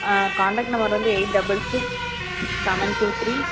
ஆ contact number வந்து eight double six seven two three